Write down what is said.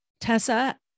Tessa